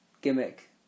gimmick